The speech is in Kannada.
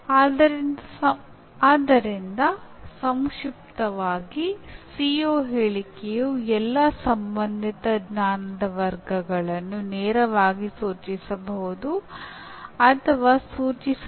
ಇದರಿಂದ ಹ್ಯೂಟಾಗೊಜಿ ಸಹಚರರು ತಮ್ಮ ಕಲಿಕೆಯ ಸಂದರ್ಭಗಳನ್ನು ಮತ್ತು ಮಾಹಿತಿ ತಂತ್ರಜ್ಞಾನದಿಂದ ಪಡೆದಿರುವ ಲಾಭಗಳನ್ನು ಹಂಚಿಕೊಳ್ಳುವ ಮೂಲಕ ಶೈಕ್ಷಣಿಕ ವಾತಾವರಣವನ್ನು ವಿಶ್ಲೇಷಿಸುತ್ತಾರೆ ಮತ್ತು ಸಹ ರಚಿಸುತ್ತಾರೆ